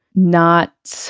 not